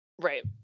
right